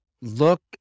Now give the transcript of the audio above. look